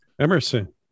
emerson